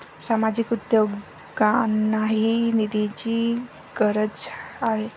सामाजिक उद्योगांनाही निधीची गरज आहे